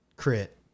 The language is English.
crit